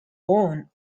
owned